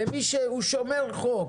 למי ששומר חוק